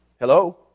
Hello